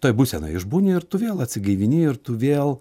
toj būsenoj išbūni ir tu vėl atsigaivini ir tu vėl